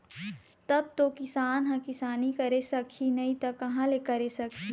तब तो किसान ह किसानी करे सकही नइ त कहाँ ले करे सकही